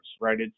right